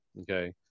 Okay